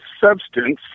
substance